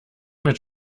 mit